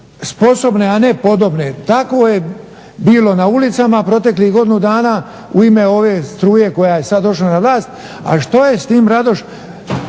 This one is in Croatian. sposobne a ne podobne. Tako je bilo na ulicama proteklih godinu dana u ime ove struje koja je sad došla na vlast, a što je sa tim Radoš.